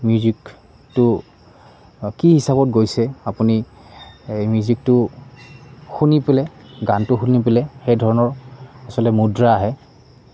মিউজিকটো কি হিচাপত গৈছে আপুনি মিউজিকটো শুনি পেলাই গানটো শুনি পেলাই সেই ধৰণৰ আচলতে মুদ্ৰা আহে